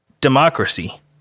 democracy